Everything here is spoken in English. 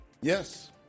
Yes